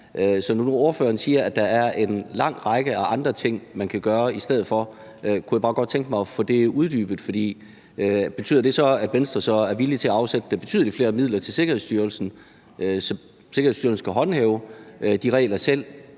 Så når ordføreren nu siger, at der er en lang række andre ting, man kan gøre i stedet for, kunne jeg bare godt tænke mig at få det uddybet, for betyder det så, at Venstre er villig til at afsætte betydelig flere midler til Sikkerhedsstyrelsen, når Sikkerhedsstyrelsen selv skal håndhæve de regler,